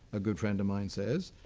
a good friend of mine says,